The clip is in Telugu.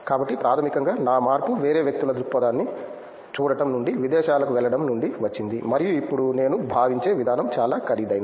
కాబట్టి ప్రాథమికంగా నా మార్పు వేరే వ్యక్తుల దృక్పథాన్ని చూడటం నుండి విదేశాలకు వెళ్లడం నుండి వచ్చింది మరియు ఇప్పుడు నేను భావించే విధానం చాలా ఖరీదైనది